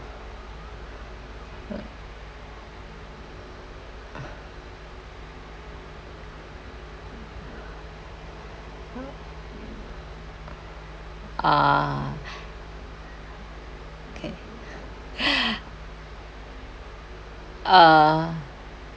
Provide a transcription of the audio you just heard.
ah ah ah okay ah